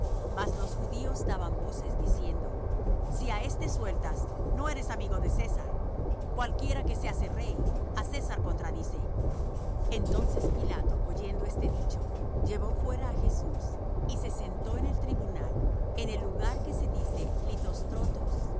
mas los judíos daban voces diciendo si á éste sueltas no eres amigo de césar cualquiera que se hace rey á césar contradice entonces pilato oyendo este dicho llevó fuera á jesús y se sentó en el tribunal en el lugar que se dice lithóstrotos y